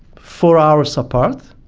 four hours apart,